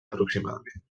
aproximadament